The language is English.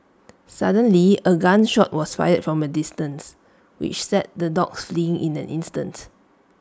suddenly A gun shot was fired from A distance which set the dogs fleeing in an instant